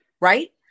Right